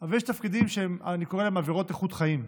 אבל יש תפקידים שאני קורא להם עבירות איכות חיים.